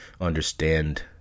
understand